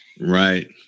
Right